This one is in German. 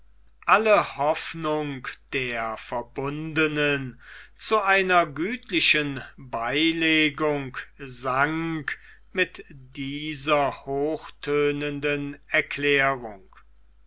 alle hoffnung der verbundenen zu einer gütlichen beilegung sank mit dieser hochtönenden erklärung